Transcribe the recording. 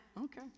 Okay